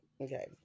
okay